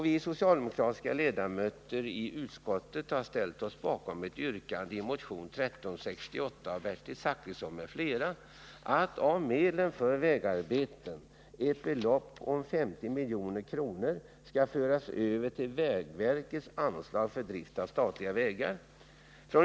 Vi socialdemokratiska ledamöter i utskottet har ställt oss bakom ett yrkande i motionen 1368 av Bertil Zachrisson m.fl. att av medlen för vägarbeten ett belopp om 50 milj.kr. skall föras över till vägverkets anslag för drift av statliga vägar.